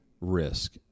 risk